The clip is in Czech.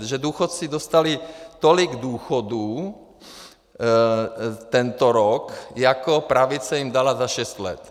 Že důchodci dostali tolik k důchodu tento rok, jako pravice jim dala za šest let.